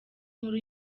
nkuru